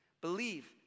believe